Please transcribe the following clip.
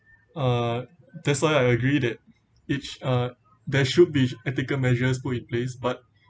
uh that's why I agree that each uh there should be ethical measures put in place but